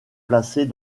placées